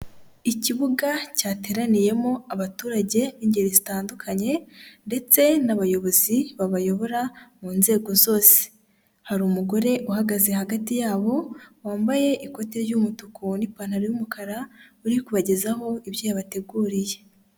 Ikibuga cyateraniyemo abaturage b'ingeri zitandukanye ndetse n'abayobozi babayobora mu nzego zose. Hari umugore uhagaze hagati yabo, wambaye ikoti ry'umutuku n'ipantaro y'umukara, uri kubagezaho ibyo yabateguriye.